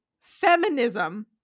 feminism